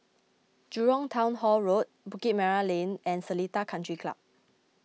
Jurong Town Hall Road Bukit Merah Lane and Seletar Country Club